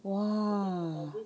!wah!